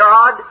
God